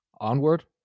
onward